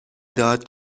داد